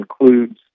includes